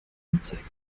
anzeige